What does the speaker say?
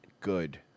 Good